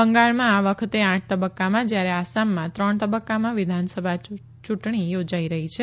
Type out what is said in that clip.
બંગાળમાં આ વખતે આઠ તબક્કામાં જ્યારે આસામમાં ત્રણ તબક્કામાં વિધાનસભા ચૂંટણી યોજાઈ રહી છે